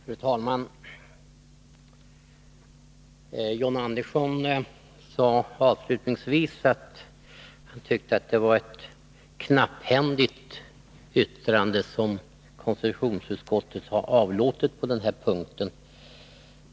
Fru talman! John Andersson sade avslutningsvis att han tyckte att det var ett knapphändigt yttrande som konstitutionsutskottet har avlåtit på den här punkten.